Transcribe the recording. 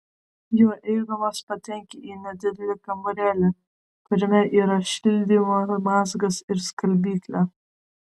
juo eidamas patenki į nedidelį kambarėlį kuriame yra šildymo mazgas ir skalbyklė